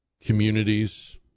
communities